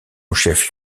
chef